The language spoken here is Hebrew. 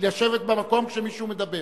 לשבת במקום כשמישהו מדבר.